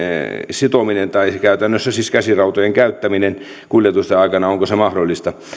sitominen tai käytännössä siis käsirautojen käyttäminen kuljetusten aikana mahdollista